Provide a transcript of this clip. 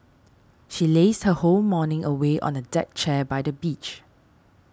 she lazed her whole morning away on a deck chair by the beach